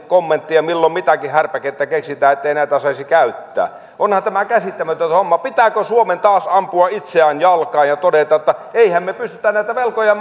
kommenttia ja milloin mitäkin härpäkettä keksitään ettei näitä saisi käyttää onhan tämä käsittämätöntä hommaa pitääkö suomen taas ampua itseään jalkaan ja todeta että eihän me me pystytä näitä velkoja